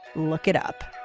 look it up